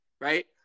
right